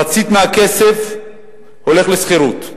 מחצית מהכסף הולך לשכירות,